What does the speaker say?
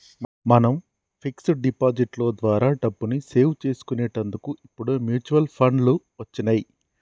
మనం fix deposit లో ద్వారా డబ్బుని సేవ్ చేసుకునేటందుకు ఇప్పుడు మ్యూచువల్ ఫండ్లు వచ్చినియ్యి